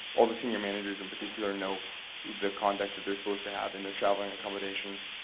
all the senior managers in particular know the conduct that they're supposed to have in their traveling accommodations.